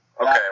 Okay